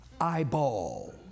eyeball